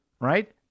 right